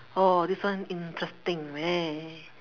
oh this one interesting !wah!